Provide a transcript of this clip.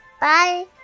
Bye